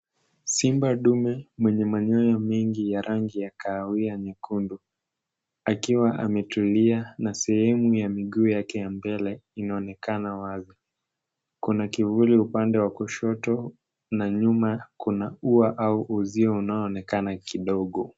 Simba ndume mwenye manyoya mengi ya rangi ya kahawia nyekundu, akiwa ametulia, na sehemu ya miguu yake ya mbele inaonekana wazi. Kuna kivuli upande wa kushoto na nyuma kuna ua au uzio unaoonekana kidogo.